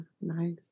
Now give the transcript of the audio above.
nice